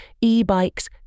e-bikes